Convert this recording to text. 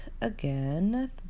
again